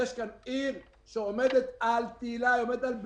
יש כאן עיר שעומדת על בלימה,